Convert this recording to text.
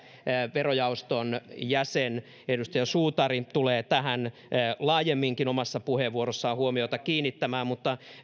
verojaoston jäsen edustaja suutari tulee tähän laajemminkin omassa puheenvuorossaan huomiota kiinnittämään mutta